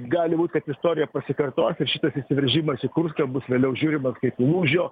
gali būti kad istorija pasikartos ir šitas įsiveržimas į kurską bus vėliau žiūrimas kaip į lūžio